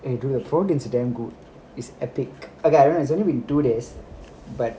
and dude the food is damn good is epic okay I know it's only been two days but